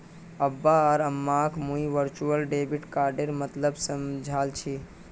अब्बा आर अम्माक मुई वर्चुअल डेबिट कार्डेर मतलब समझाल छि